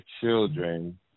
children